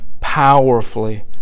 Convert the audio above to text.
powerfully